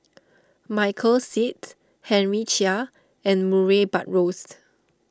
Michael Seet Henry Chia and Murray Buttrose